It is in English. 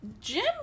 Jim